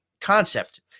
concept